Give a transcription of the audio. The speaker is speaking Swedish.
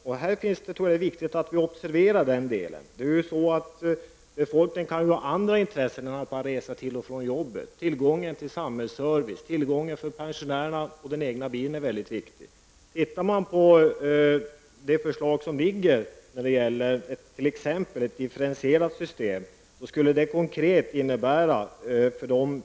Det är viktigt att vi uppmärksammar denna fråga. Människor har ju andra intressen än bara att resa till och från jobbet. Det gäller tillgången till samhällsservice för pensionärer med hjälp av den egna bilen.